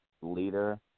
leader